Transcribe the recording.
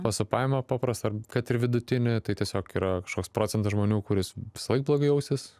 pasupavimą paprastą ar kad ir vidutinį tai tiesiog yra kažkoks procentas žmonių kuris visąlaik blogai jausis